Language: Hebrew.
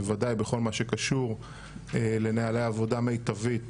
בוודאי בכל מה שקשור לנוהלי עבודה מיטבית